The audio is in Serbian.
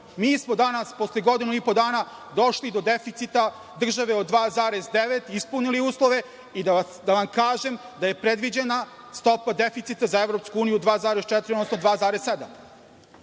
smo danas, posle godinu i po dana, došli do deficita države od 2,9%, ispunili uslove i da vam kažem da je predviđena stopa deficita za Evropsku uniju od 2,4,